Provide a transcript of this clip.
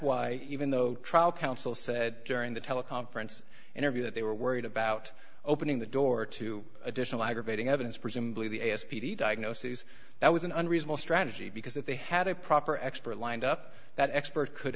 why even though trial counsel said during the teleconference interview that they were worried about opening the door to additional aggravating evidence presumably the s p d diagnosis that was an unreasonable strategy because if they had a proper expert lined up that expert could